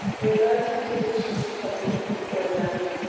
reverting to the chief topic before them.